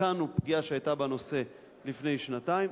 ותיקנו פגיעה שהיתה בנושא לפני שנתיים,